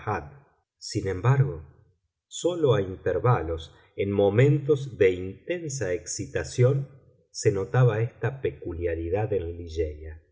sin embargo sólo a intervalos en momentos de intensa excitación se notaba esta peculiaridad en